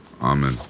Amen